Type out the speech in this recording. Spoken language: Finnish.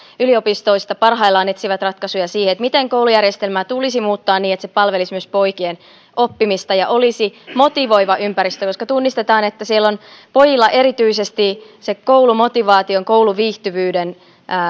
yliopistoista parhaillaan etsivät ratkaisuja siihen miten koulujärjestelmää tulisi muuttaa niin että se palvelisi myös poikien oppimista ja olisi motivoiva ympäristö koska tunnistetaan että siellä pojilla erityisesti koulumotivaation kouluviihtyvyyden